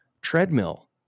treadmill